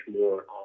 more